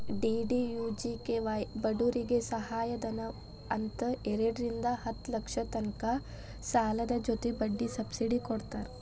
DDUGKY ಬಡೂರಿಗೆ ಸಹಾಯಧನ ಅಂತ್ ಎರಡರಿಂದಾ ಹತ್ತ್ ಲಕ್ಷದ ತನಕ ಸಾಲದ್ ಜೊತಿ ಬಡ್ಡಿ ಸಬ್ಸಿಡಿ ಕೊಡ್ತಾರ್